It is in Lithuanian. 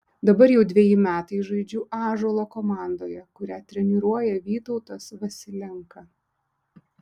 dabar jau dveji metai žaidžiu ąžuolo komandoje kurią treniruoja vytautas vasilenka